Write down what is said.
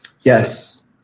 Yes